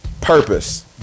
purpose